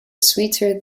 sweeter